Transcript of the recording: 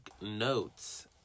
notes